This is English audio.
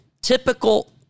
typical